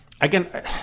again